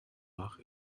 nach